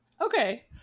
okay